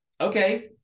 Okay